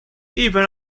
even